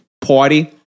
party